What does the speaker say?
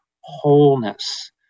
wholeness